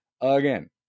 Again